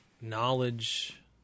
knowledge